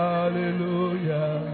Hallelujah